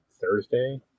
Thursday